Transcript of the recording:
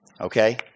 Okay